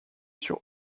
sur